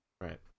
Right